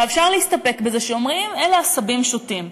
אפשר להסתפק בזה שאומרים: אלה עשבים שוטים.